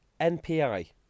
NPI